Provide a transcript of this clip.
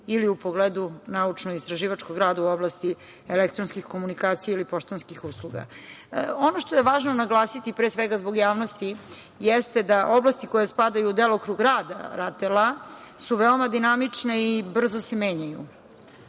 ili u pogledu naučno-istraživačkog rada u oblasti elektronskih komunikacija ili poštanskih usluga. Ono što je važno naglasiti, pre svega zbog javnosti, jeste da oblasti koje spadaju u delokrug rada RATEL-a su veoma dinamične i brzo se menjaju,